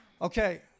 Okay